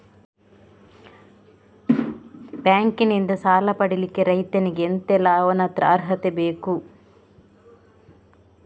Bank ನಿಂದ ಸಾಲ ಪಡಿಲಿಕ್ಕೆ ರೈತನಿಗೆ ಎಂತ ಎಲ್ಲಾ ಅವನತ್ರ ಅರ್ಹತೆ ಬೇಕು?